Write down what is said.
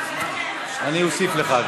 אני אוסיף לך.